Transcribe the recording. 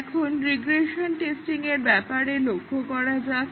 এখন রিগ্রেশন টেস্টিংযে4র ব্যাপারে লক্ষ্য করা যাক